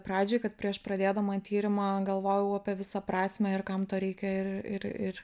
pradžioj kad prieš pradėdama tyrimą galvojau apie visą prasmę ir kam to reikia ir